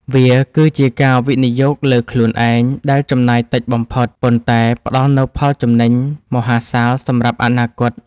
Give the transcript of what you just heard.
វាគឺជាការវិនិយោគលើខ្លួនឯងដែលចំណាយតិចបំផុត ប៉ុន្តែផ្ដល់នូវផលចំណេញមហាសាលសម្រាប់អនាគត។